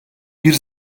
bir